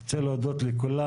אני רוצה להודות לכולם.